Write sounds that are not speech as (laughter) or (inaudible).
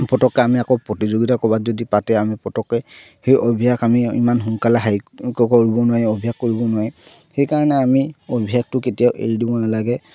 পতকে আমি আকৌ প্ৰতিযোগিতা ক'বাত যদি পাতে আমি পতককে সেই অভ্যাস আমি ইমান সোনকালে (unintelligible) কৰিব নোৱাৰি অভ্যাস কৰিব নোৱাৰি সেইকাৰণে আমি অভ্যাসটো কেতিয়াও এৰি দিব নালাগে